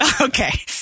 Okay